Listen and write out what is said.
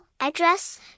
address